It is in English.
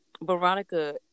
Veronica